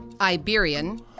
Iberian